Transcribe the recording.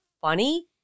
funny